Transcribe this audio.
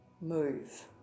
move